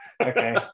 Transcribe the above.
okay